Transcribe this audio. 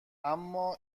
اما